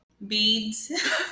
beads